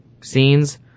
scenes